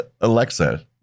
Alexa